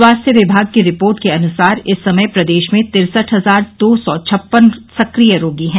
स्वास्थ्य विभाग की रिपोर्ट के अनुसार इस समय प्रदेश में तिरसठ हजार दो सौ छप्पन सक्रिय रोगी है